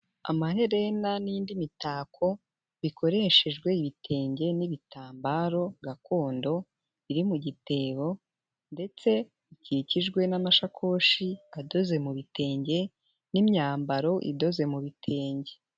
Amaherena n'indi mitako bikoreshejwe ibitenge n'ibitambaro gakondo, biri mu gitebo ndetse bikikijwe n'amashakoshi adoze mu bitenge n'imyambaro idoze mu bi bitenge.